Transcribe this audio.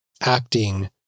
acting